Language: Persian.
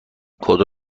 خدا